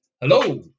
Hello